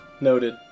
Noted